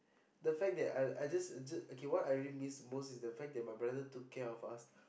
the fact that I I just just okay what I really miss most is the fact that my brother took care of us